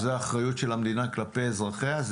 וזו אחריות המדינה כלפי אזרחיה,